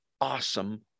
awesome